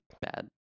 bad